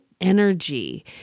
energy